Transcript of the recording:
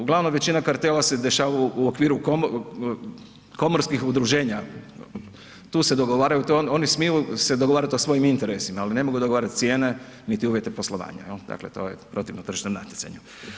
Uglavnom većina kartela se dešava u okviru komorskih udruženja, tu se dogovaraju, to je ono oni smiju se dogovarati o svojim interesima, ali ne mogu dogovarati cijene niti uvjete poslovanja, dakle to je protivno tržišnom natjecanju.